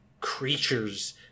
creatures